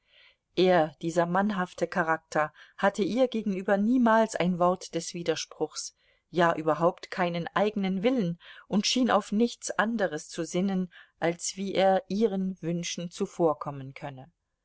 er dieser mannhafte charakter hatte ihr gegenüber niemals ein wort des widerspruchs ja überhaupt keinen eigenen willen und schien auf nichts anderes zu sinnen als wie er ihren wünschen zuvorkommen könne